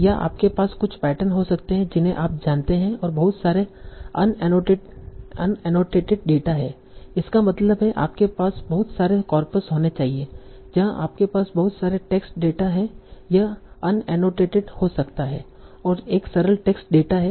या आपके पास कुछ पैटर्न हो सकते हैं जिन्हें आप जानते हैं और बहुत सारे अनएनोटेटेड डेटा है इसका मतलब है आपके पास बहुत सारे कॉर्पस होने चाहिए जहां आपके पास बहुत सारे टेक्स्ट डेटा हैं यह अनएनोटेटे हो सकता है और एक सरल टेक्स्ट डेटा है